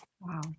Wow